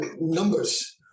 numbers